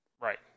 right